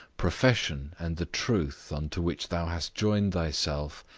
profession, and the truth, unto which thou hast joined thyself,